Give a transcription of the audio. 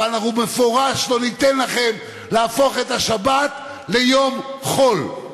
אבל אנחנו במפורש לא ניתן לכם להפוך את השבת ליום חול,